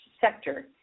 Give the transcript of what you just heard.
sector